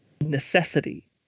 necessity